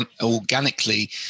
organically